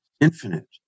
infinite